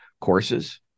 courses